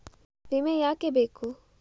ವಿಮೆ ಯಾಕೆ ಬೇಕು?